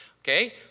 Okay